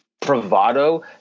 bravado